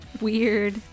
Weird